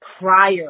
prior